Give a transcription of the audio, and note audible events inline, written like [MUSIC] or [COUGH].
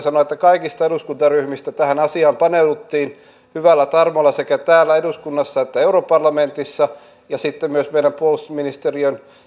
[UNINTELLIGIBLE] sanoa että kaikissa eduskuntaryhmissä tähän asiaan paneuduttiin hyvällä tarmolla sekä täällä eduskunnassa että europarlamentissa ja sitten myös meidän puolustusministeriön